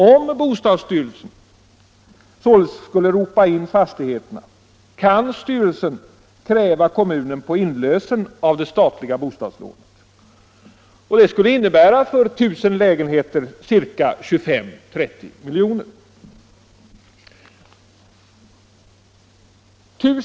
Om bostadsstyrelsen således skulle ropa in fastigheterna kan styrelsen sedan kräva kommunen på inlösen av det statliga bostadslånet. Detta innebär för 1 000 lägenheter ca 25-30 miljoner.